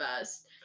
best